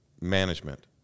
management